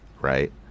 Right